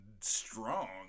strong